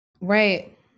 Right